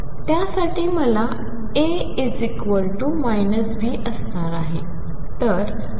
त्यासाठी मला A B असणार आहे